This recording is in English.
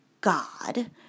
God